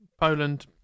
Poland